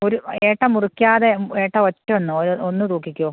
ഒരു ഏട്ട മുറിക്കാതെ ഏട്ട ഒറ്റ ഒന്ന് ഒന്ന് തൂക്കിക്കോ